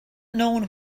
known